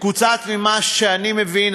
כמו שאני מבין,